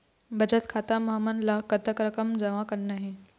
बचत खाता म हमन ला कतक रकम जमा करना हे?